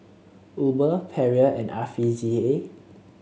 Uber Perrier and R V C A